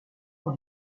dans